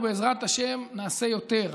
ובעזרת השם נעשה יותר.